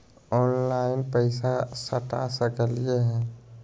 Online पैसा सटा सकलिय है?